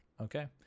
Okay